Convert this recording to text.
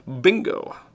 Bingo